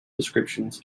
descriptions